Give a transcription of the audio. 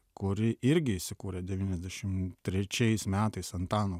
kuri irgi įsikūrė devyniasdešimt trečiais metais antano